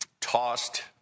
tossed